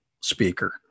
speaker